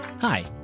Hi